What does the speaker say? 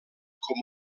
com